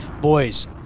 Boys